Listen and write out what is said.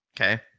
okay